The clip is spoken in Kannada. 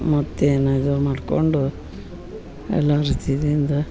ಮತ್ತೇನದು ಮಾಡಿಕೊಂಡು ಎಲ್ಲ ರೀತಿಯಿಂದ